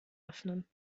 öffnen